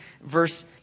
verse